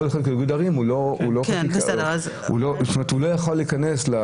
כל חקיקת איגוד ערים, הוא לא יוכל להיכנס.